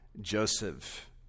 Joseph